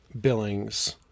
Billings